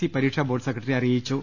E പരീക്ഷാബോർഡ് secretary അറിയിച്ചു